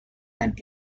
and